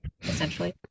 essentially